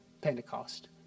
Pentecost